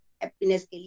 happiness